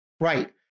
Right